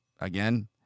again